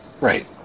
Right